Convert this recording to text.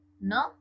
no